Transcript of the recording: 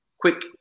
quick